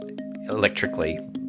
electrically